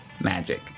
magic